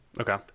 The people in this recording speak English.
Okay